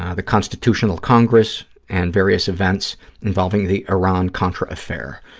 ah the constitutional congress and various events involving the iran-contra affair.